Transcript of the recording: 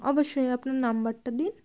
অবশ্যই আপনার নাম্বারটা দিন